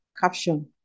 Caption